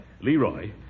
Leroy